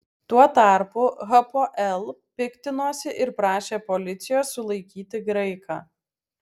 tuo tarpu hapoel piktinosi ir prašė policijos sulaikyti graiką